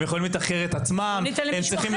הם יכולים לתחקר את עצמם ואת הקבוצות.